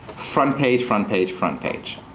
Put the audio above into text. front page, front page, front page.